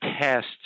tests